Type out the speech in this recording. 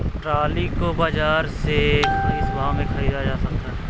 Trolley को बाजार से किस भाव में ख़रीदा जा सकता है?